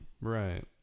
right